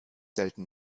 selten